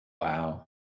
Wow